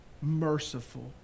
merciful